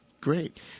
great